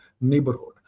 neighborhood